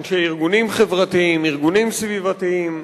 אנשי ארגונים חברתיים, ארגונים סביבתיים,